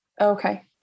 Okay